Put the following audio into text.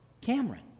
Cameron